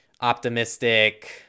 optimistic